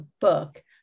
book